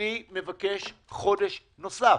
אני מבקש חודש נוסף.